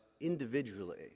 individually